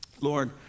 Lord